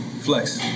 Flex